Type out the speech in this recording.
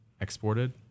exported